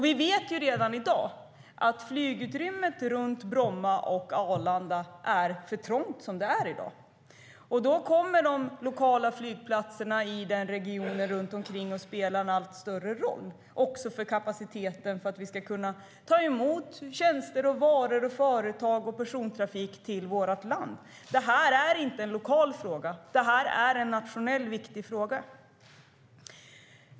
Vi vet att flygutrymmet runt Bromma och Arlanda är för trångt som det är redan i dag. Då kommer de lokala flygplatserna i regionen runt omkring att spela en allt större roll, också för kapaciteten för att kunna ta emot tjänster, varor, företag och persontrafik till vårt land. Detta är inte en lokal fråga. Detta är en nationellt viktig fråga.